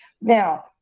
now